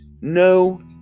no